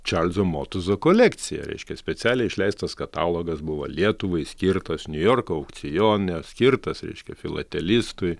čarlzo motuzo kolekcija reiškia specialiai išleistas katalogas buvo lietuvai skirtas niujorko aukcione skirtas reiškia filatelistui